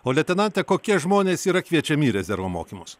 o leitenante kokie žmonės yra kviečiami į rezervo mokymus